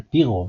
על פי רוב